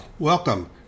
Welcome